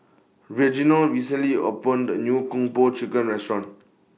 Reginal recently opened A New Kung Po Chicken Restaurant